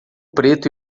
preto